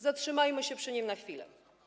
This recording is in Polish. Zatrzymajmy się przy nim na chwilę.